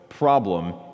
problem